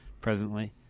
presently